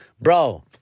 Bro